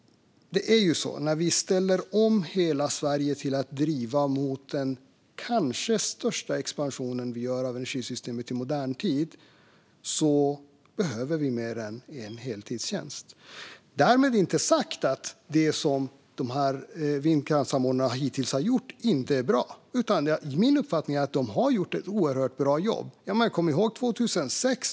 När vi ställer om hela Sverige så att vi driver mot den kanske största expansion som vi gjort av energisystemet i modern tid behöver vi mer än en heltidstjänst - därmed inte sagt att det som vindkraftssamordnarna hittills har gjort inte har varit bra. Enligt min uppfattning har de gjort ett oerhört bra jobb. Kom ihåg hur det var 2006!